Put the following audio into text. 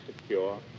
secure